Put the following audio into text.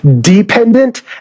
dependent